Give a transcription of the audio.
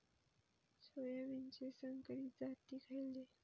सोयाबीनचे संकरित जाती खयले?